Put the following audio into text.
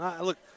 look